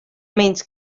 menys